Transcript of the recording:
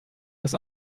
das